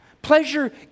Pleasure